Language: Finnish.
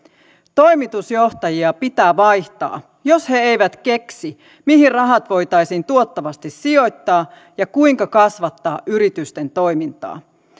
toimitusjohtajia pitää vaihtaa jos he eivät keksi mihin rahat voitaisiin tuottavasti sijoittaa ja kuinka kasvattaa yritysten toimintaa